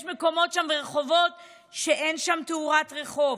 יש מקומות שם ורחובות שאין שם תאורת רחוב,